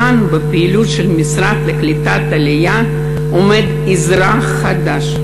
כאן בפעילות המשרד לקליטת העלייה עומד אזרח חדש,